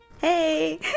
hey